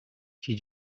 she